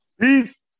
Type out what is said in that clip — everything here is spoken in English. peace